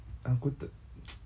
aku tak